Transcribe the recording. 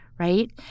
right